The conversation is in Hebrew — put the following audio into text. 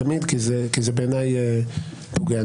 בעיניי זה פוגע.